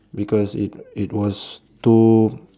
because it it was too